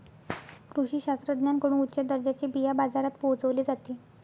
कृषी शास्त्रज्ञांकडून उच्च दर्जाचे बिया बाजारात पोहोचवले जाते